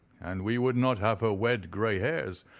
and we would not have her wed grey hairs,